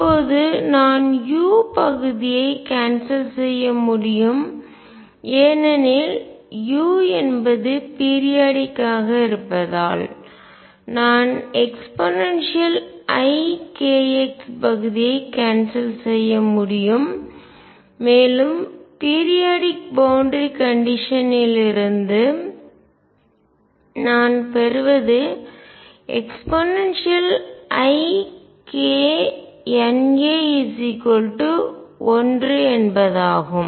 இப்போது நான் u பகுதியை கேன்சல் செய்ய முடியும் ஏனெனில் u என்பது பீரியாடிக் ஆக இருப்பதால் நான் eikx பகுதியை கேன்சல் செய்ய முடியும் மேலும் பீரியாடிக் பவுண்டரி கண்டிஷன்லிருந்து எல்லை நிபந்தனை நான் பெறுவது eikNa1 என்பதாகும்